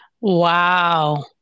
Wow